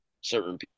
certain